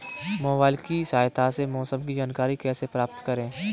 Mobile की सहायता से मौसम की जानकारी कैसे प्राप्त करें?